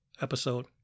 episode